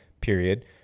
period